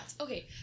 Okay